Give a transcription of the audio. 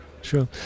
sure